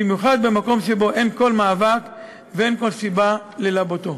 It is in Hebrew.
במיוחד במקום שבו אין כל מאבק ואין כל סיבה ללבותו.